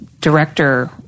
Director